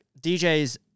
DJs